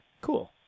cool